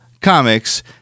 comics